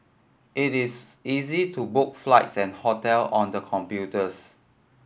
it is easy to book flights and hotel on the computers